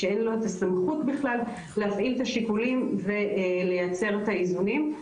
שאין לו את הסמכות בכלל להפעיל את השיקולים ולייצר את האיזונים.